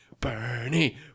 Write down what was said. Bernie